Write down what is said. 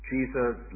Jesus